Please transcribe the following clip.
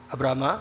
Abraham